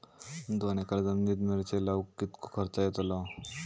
दोन एकर जमिनीत मिरचे लाऊक कितको खर्च यातलो?